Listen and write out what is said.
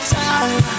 time